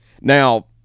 Now